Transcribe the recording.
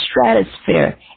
stratosphere